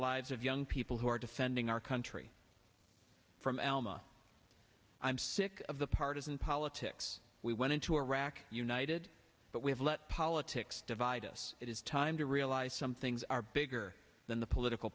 lives of young people who are defending our country from elma i'm sick of the partisan politics we went into iraq united but we've let politics divide us it is time to realize some things are bigger than the political